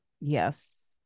yes